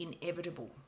inevitable